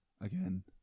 again